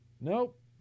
Nope